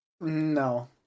No